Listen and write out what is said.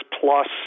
plus